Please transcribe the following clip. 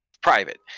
private